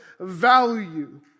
value